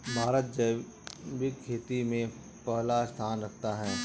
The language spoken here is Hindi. भारत जैविक खेती में पहला स्थान रखता है